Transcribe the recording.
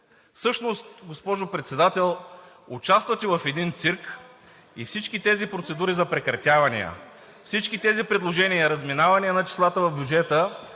Всъщност, госпожо Председател, участвате в един цирк и всички тези процедури за прекратявания, всички тези предложения – разминавания на числата в бюджета,